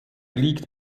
liegt